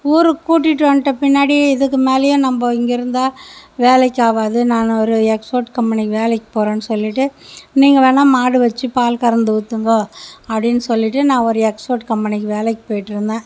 ஊருக்கு கூட்டிகிட்டு வன்ட்ட பின்னாடி இதுக்கு மேலையும் நம்ப இங்கே இருந்தால் வேலைக்கு ஆகாது நான் ஒரு எக்ஸ்போர்ட் கம்பெனிக்கு வேலைக்கு போகறன்னு சொல்லிவிட்டு நீங்கள் வேணா மாடு வச்சி பால் கறந்து ஊற்றுங்கோ அப்படின்னு சொல்லிவிட்டு நான் ஒரு எக்ஸ்போர்ட் கம்பெனிக்கு வேலைக்கு போயிகிட்டு இருந்தேன்